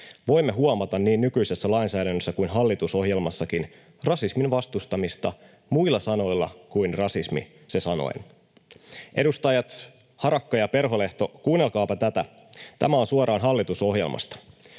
voimme huomata niin nykyisessä lainsäädännössä kuin hallitusohjelmassakin rasismin vastustamista sanoen se muilla sanoilla kuin rasismi. Edustajat Harakka ja Perholehto, kuunnelkaapa tätä, tämä on suoraan hallitusohjelmasta: